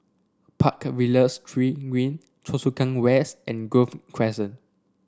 Park Villas Green Choa Chu Kang West and Grove Crescent